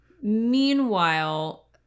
meanwhile